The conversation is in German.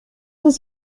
ist